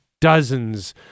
dozens